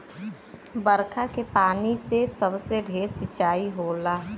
बरखा के पानी से सबसे ढेर सिंचाई होला